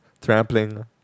trampling